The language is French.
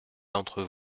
d’entre